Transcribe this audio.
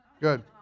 good